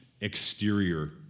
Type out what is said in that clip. exterior